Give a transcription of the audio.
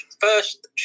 first